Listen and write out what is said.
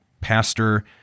pastor